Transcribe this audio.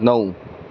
नऊ